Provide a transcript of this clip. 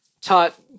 taught